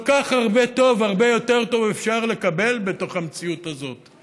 כל כך הרבה טוב והרבה יותר טוב אפשר לקבל בתוך המציאות הזאת\